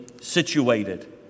situated